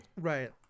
right